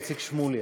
איציק שמולי.